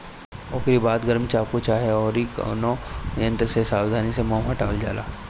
ओकरी बाद गरम चाकू चाहे अउरी कवनो यंत्र से सावधानी से मोम के हटावल जाला